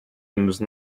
müssen